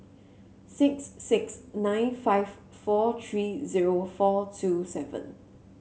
six six nine five four three zero four two seven